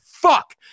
Fuck